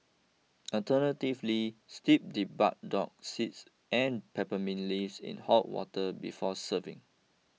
alternatively steep the burdock seeds and peppermint leaves in hot water before serving